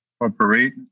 operate